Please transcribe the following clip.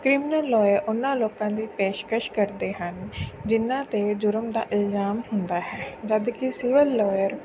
criminal lawyer ਉਹਨਾਂ ਲੋਕਾਂ ਦੀ ਪੇਸ਼ਕਸ਼ ਕਰਦੇ ਹਨ ਜਿਹਨਾਂ 'ਤੇ ਜ਼ੁਰਮ ਦਾ ਇਲਜ਼ਾਮ ਹੁੰਦਾ ਹੈ ਜਦ ਕਿ ਸਿਵਲ ਲੋਇਰ